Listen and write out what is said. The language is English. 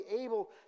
able